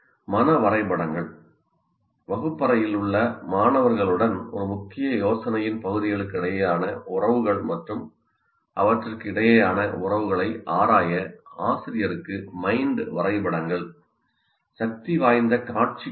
மன வரைபடங்கள் வகுப்பறையில் உள்ள மாணவர்களுடன் ஒரு முக்கிய யோசனையின் பகுதிகளுக்கிடையேயான உறவுகள் மற்றும் அவற்றுக்கு இடையேயான உறவுகளை ஆராய ஆசிரியருக்கு மைண்ட் வரைபடங்கள் சக்திவாய்ந்த காட்சி கருவிகள்